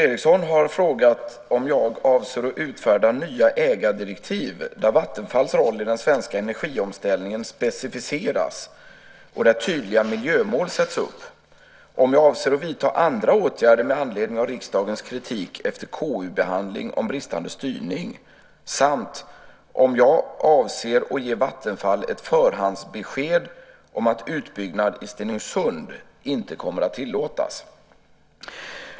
Fru talman! Peter Eriksson har frågat om jag avser att utfärda nya ägardirektiv där Vattenfalls roll i den svenska energiomställningen specificeras och där tydliga miljömål sätts upp, om jag avser att vidta andra åtgärder med anledning av riksdagens kritik efter KU-behandling om bristande styrning samt om jag avser att ge Vattenfall ett förhandsbesked om att utbyggnad i Stenungsund inte kommer att tillåtas.